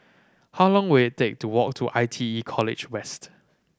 how long will it take to walk to I T E College West